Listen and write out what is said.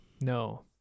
No